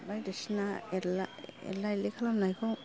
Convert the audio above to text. बायदि सिना एरला एरलि खालामनायखौ